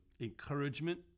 encouragement